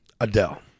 Adele